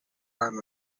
arm